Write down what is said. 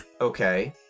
Okay